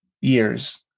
years